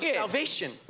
salvation